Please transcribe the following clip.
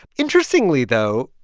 interestingly, though,